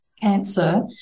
cancer